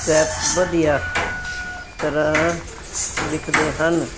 step ਵਧੀਆ ਤਰ੍ਹਾਂ ਦਿਖਦੇ ਹਨ